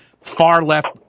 far-left